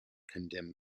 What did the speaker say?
condemn